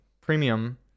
Premium